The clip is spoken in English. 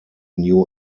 new